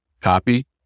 copy